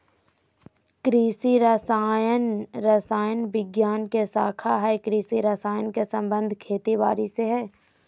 कृषि रसायन रसायन विज्ञान के शाखा हई कृषि रसायन के संबंध खेती बारी से हई